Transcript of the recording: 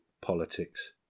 politics